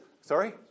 sorry